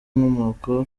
inkomoko